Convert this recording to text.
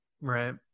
right